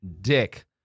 dick